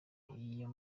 iyo